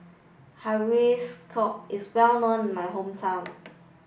Hiyashi Chuka is well known in my hometown